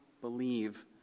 believe